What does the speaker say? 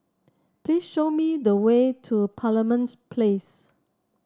please show me the way to Parliament Place